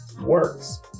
works